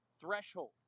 threshold